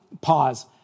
pause